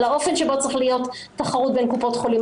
האופן שבו צריכה להיות תחרות בין קופות החולים,